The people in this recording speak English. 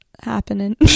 happening